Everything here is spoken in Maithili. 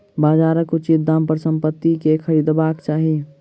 बजारक उचित दाम पर संपत्ति के खरीदबाक चाही